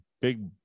big